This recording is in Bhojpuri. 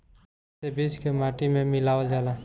एसे बीज के माटी में मिलावल जाला